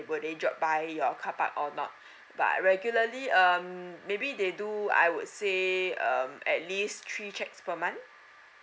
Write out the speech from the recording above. they drop by our carpark or not but regularly um maybe they do uh I would say um at least three checks per month